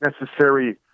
necessary